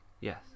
Yes